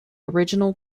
original